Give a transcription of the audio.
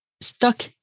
stuck